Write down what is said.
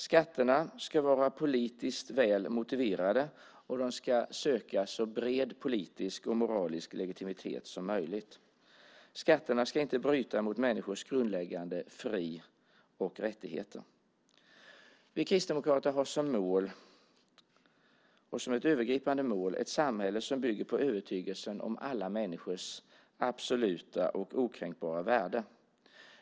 Skatterna ska vara politiskt väl motiverade, och de ska söka så bred politisk och moralisk legitimitet som möjligt. Skatterna ska inte bryta mot människors grundläggande fri och rättigheter. Vi kristdemokrater har som ett övergripande mål ett samhälle som bygger på övertygelsen om alla människors absoluta och okränkbara värde.